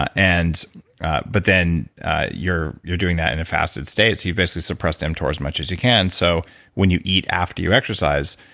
and but then you're you're doing that in a fasted state, so you've basically suppressed mtor as much as you can. so when you eat after you exercise,